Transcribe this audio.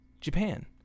Japan